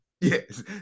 Yes